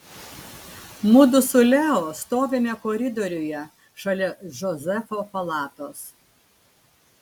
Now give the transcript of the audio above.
mudu su leo stovime koridoriuje šalia džozefo palatos